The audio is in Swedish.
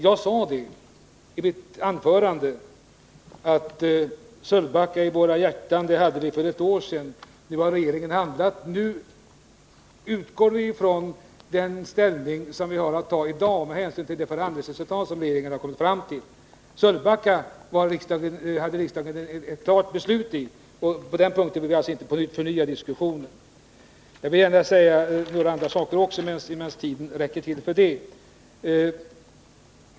Jag sade i mitt anförande att vi för ett år sedan hade Sölvbacka i våra hjärtan. Nu har regeringen handlat, och nu utgår vi från det ställningstagande som vi i dag har att göra med hänsyn till det förhandlingsresultat som regeringen har kommit fram till. När det gäller Sölvbacka fattade riksdagen ett klart beslut, och jag vill på den punkten inte på nytt ta upp en diskussion. Jag vill gärna även säga några andra saker, medan tiden räcker till för det.